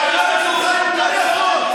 העיניים שלך יותר יפות?